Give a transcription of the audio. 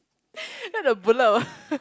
then the bullet will